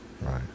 Right